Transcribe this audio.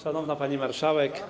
Szanowna Pani Marszałek!